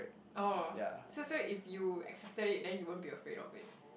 oh so so if you expected it then you won't be afraid of it